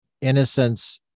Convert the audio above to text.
innocence